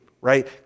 right